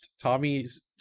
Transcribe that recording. tommy's